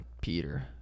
Peter